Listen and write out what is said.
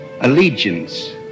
allegiance